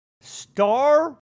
Star